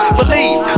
Believe